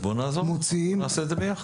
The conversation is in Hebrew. אז בוא נעזור, נעשה את זה ביחד.